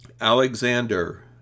alexander